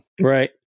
Right